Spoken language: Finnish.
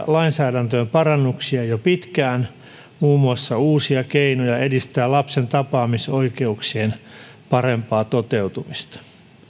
lainsäädäntöön parannuksia jo pitkään muun muassa uusia keinoja edistää lapsen tapaamisoikeuksien parempaa toteutumista